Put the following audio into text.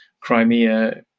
Crimea